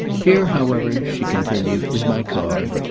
here, however, she continued, is my card,